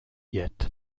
yet